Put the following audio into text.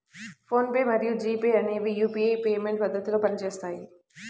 phone pay మరియు G Pay UPI యూపీఐ పేమెంట్ పద్ధతిలో పనిచేస్తుంది